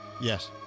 Yes